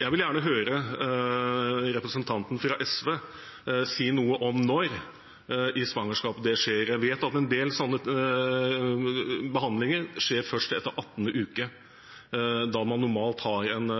Jeg vil gjerne høre representanten fra SV si noe om når i svangerskapet det skjer. Jeg vet at en del slike behandlinger skjer først etter attende uke, da man normalt har en